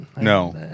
no